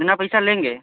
कितना पैसा लेंगे